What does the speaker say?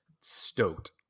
stoked